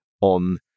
on